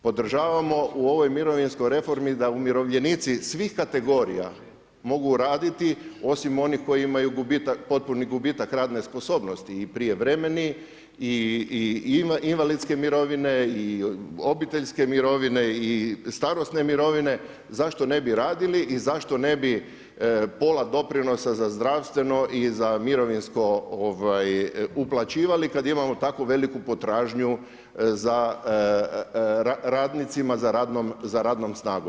Podržavamo u ovoj mirovinskoj reformi da umirovljenici svih kategorija mogu raditi osim onih koji imaju gubitak, potpuni gubitak radne sposobnosti i prijevremeni i invalidske mirovine i obiteljske mirovine i starosne mirovine, zašto ne bi radili i zašto ne bi pola doprinosa za zdravstveno i za mirovinsko uplaćivali kada imamo tako veliku potražnju za radnicima za radnom snagom.